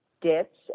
dips